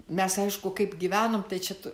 mes aišku kaip gyvenom tai čia tu